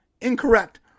incorrect